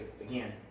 again